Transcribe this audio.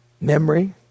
memory